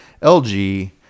LG